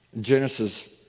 Genesis